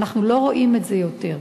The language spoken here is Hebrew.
ואנחנו לא רואים את זה יותר.